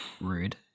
rude